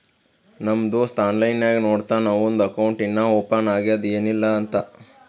ನಮ್ ದೋಸ್ತ ಆನ್ಲೈನ್ ನಾಗೆ ನೋಡ್ತಾನ್ ಅವಂದು ಅಕೌಂಟ್ ಇನ್ನಾ ಓಪನ್ ಆಗ್ಯಾದ್ ಏನಿಲ್ಲಾ ಅಂತ್